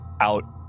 out